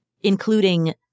including